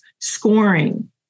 scoring